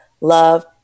love